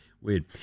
weird